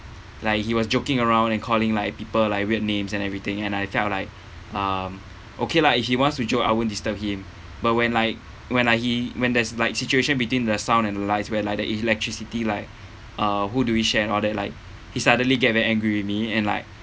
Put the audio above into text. like he was joking around and calling like people like weird names and everything and I felt like um okay lah if he wants to joke I won't disturb him but when like when Iike he when there's like situation between the sound and the lights where like the electricity like uh who do we share and all that like he suddenly get very angry with me and like